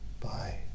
bye